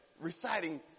reciting